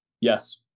Yes